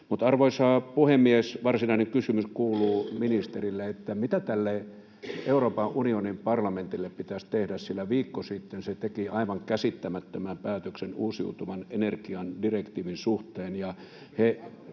Arvoisa puhemies! Varsinainen kysymys kuuluu ministerille: Mitä tälle Euroopan unionin parlamentille pitäisi tehdä, sillä viikko sitten se teki aivan käsittämättömän päätöksen uusiutuvan energian direktiivin suhteen?